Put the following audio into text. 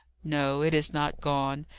no, it is not gone.